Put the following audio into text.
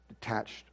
detached